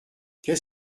qu’est